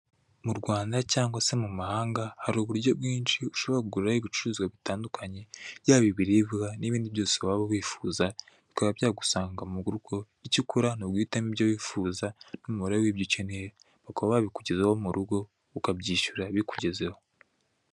Mu Rwanda cyangwa se mu mahanga, hari uburyo bwinshi ushobora kuguriraho ibicuruzwa bitandukanye yaba ibiribwa n'ibindi byose waba wifuza bikaba byagusanga mu rugo, icyo ukora ni uguhitamo ibyo wifuza n'umubare w'ibyo ukeneye, bakaba babikugezaho mu rugo ukabyishyura bikugezeho.